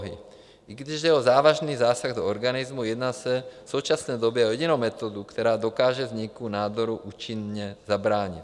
I když jde o závažný zásah do organismu, jedná se v současné době o jedinou metodu, která dokáže vzniku nádoru účinně zabránit.